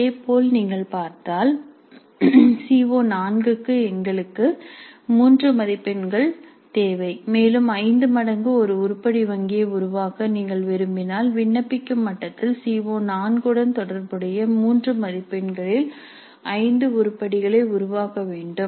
இதேபோல் நீங்கள் பார்த்தால் சி ஓ4 க்கு எங்களுக்கு 3 மதிப்பெண்கள் தேவை மேலும் ஐந்து மடங்கு ஒரு உருப்படி வங்கியை உருவாக்க நீங்கள் விரும்பினால் விண்ணப்பிக்கும் மட்டத்தில் சி ஓ4 உடன் தொடர்புடைய 3 மதிப்பெண்களில் 5 உருப்படிகளை உருவாக்க வேண்டும்